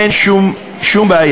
אין שום בעיה.